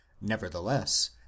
nevertheless